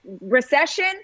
recession